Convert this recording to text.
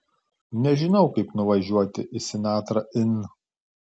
nežinau kaip nuvažiuoti į sinatra inn